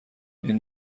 این